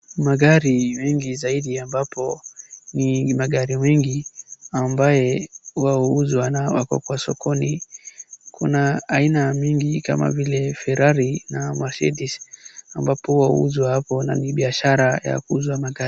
Magari mengi zaidi ambapo ni magari mengi ambaye huwa huzwa na hapo kwa sokoni kuna aina mingi kama vile Ferrarri na Mercedes ambapo huwa huzwa hapo na ni biashara ya kuuza magari.